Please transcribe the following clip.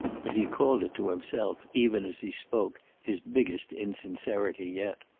but he called it to himself, even as he spoke, his biggest insincerity yet.